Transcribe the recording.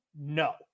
No